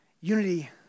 Unity